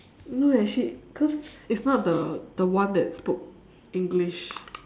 no eh she cause it's not the the one that spoke english